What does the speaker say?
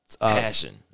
Passion